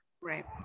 right